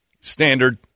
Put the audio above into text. Standard